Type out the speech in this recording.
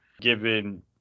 given